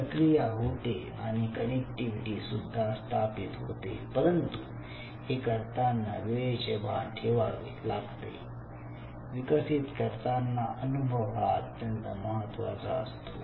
प्रक्रिया होते आणि कनेक्टिव्हिटी सुद्धा स्थापित होते परंतु हे करताना वेळेचे भान ठेवावे लागते विकसित करताना अनुभव हा अत्यंत महत्त्वाचा असतो